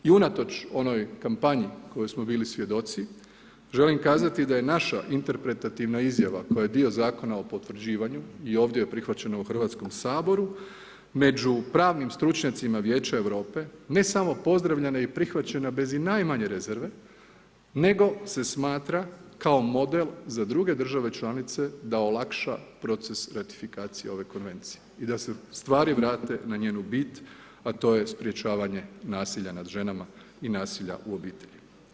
I unatoč onoj kampanji kojoj smo bili svjedoci želim kazati da je naša interpretativna izjava koja je dio Zakon o potvrđivanju i ovdje je prihvaćena u Hrvatskom saboru među pravnim stručnjacima Vijeća Europe, ne samo pozdravljena i prihvaćena bez i najmanje rezerve nego se smatra kao model za druge države članice da olakša proces ratifikacije ove Konvencije i da se stvari vrate na njenu bit a to je sprječavanje nasilja nad ženama i nasilja u obitelji.